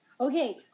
Okay